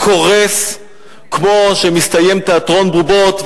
קורס כמו שמסתיים תיאטרון בובות,